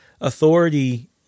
authority